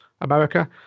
America